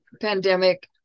pandemic